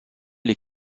les